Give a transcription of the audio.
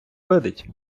видить